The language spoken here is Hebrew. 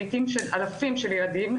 לעיתים של אלפי ילדים,